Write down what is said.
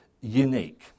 unique